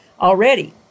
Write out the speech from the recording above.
already